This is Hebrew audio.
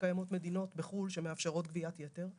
שקיימות מדינות בחו"ל שמאפשרות גביית יתר.